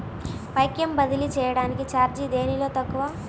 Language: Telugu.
పైకం బదిలీ చెయ్యటానికి చార్జీ దేనిలో తక్కువ?